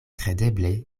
kredeble